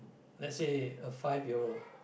let's say a five year old